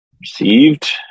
received